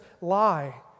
lie